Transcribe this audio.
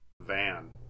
van